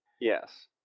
Yes